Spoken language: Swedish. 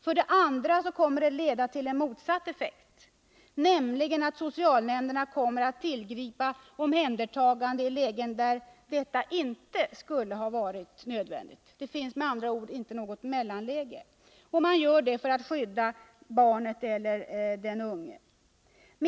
För det andra kommer det att leda till en motsatt effekt, nämligen att socialnämnderna kommer att tillgripa omhändertagande i lägen där detta inte skulle ha varit nödvändigt. Det finns med andra ord inte något mellanläge. Men man kommer att använda omhändertagande för att skydda barnet eller den unge.